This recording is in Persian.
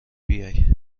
بیای